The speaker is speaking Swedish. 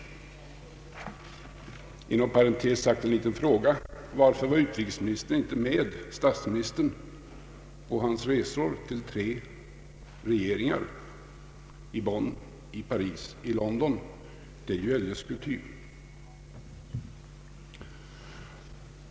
Inom parentes sagt vill jag ställa en liten fråga: Varför var inte utrikesministern med statsministern på dennes resor nyligen till tre regeringar, nämligen i Bonn, Paris och London — det är ju eljest kutym?